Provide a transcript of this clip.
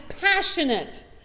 passionate